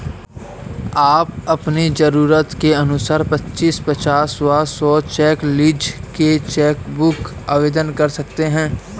आप अपनी जरूरत के अनुसार पच्चीस, पचास व सौ चेक लीव्ज की चेक बुक आवेदन कर सकते हैं